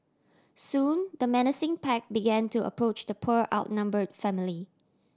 soon the menacing pack began to approach the poor outnumber family